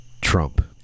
Trump